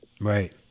Right